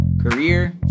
career